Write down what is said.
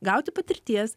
gauti patirties